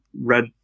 red